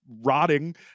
rotting